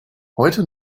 heute